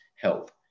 health